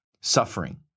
suffering